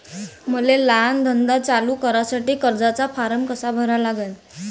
मले लहान धंदा चालू करासाठी कर्जाचा फारम कसा भरा लागन?